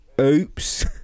Oops